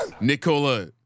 Nicola